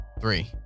three